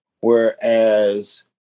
Whereas